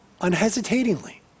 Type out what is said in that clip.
Unhesitatingly